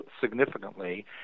significantly